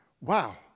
Wow